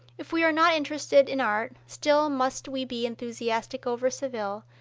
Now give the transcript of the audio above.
if we are not interested in art, still must we be enthusiastic over seville,